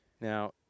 now